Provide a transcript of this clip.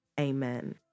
Amen